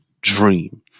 dream